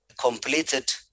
completed